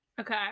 Okay